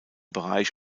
bereich